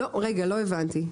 רגע, לא הבנתי.